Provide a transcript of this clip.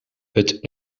het